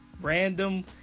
random